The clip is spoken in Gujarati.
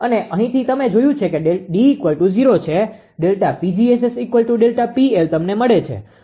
અને અહીંથી તમે જોયું છે કે D0 છે ΔPg𝑆𝑆ΔPL તમને મળે છે